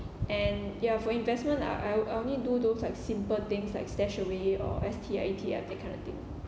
and ya for investment I I I only do those like simple things like stash away or S_T_I E_T_F that kind of thing